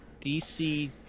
DC